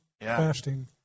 fasting